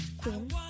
Queen